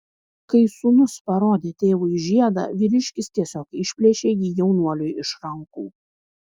kai sūnus parodė tėvui žiedą vyriškis tiesiog išplėšė jį jaunuoliui iš rankų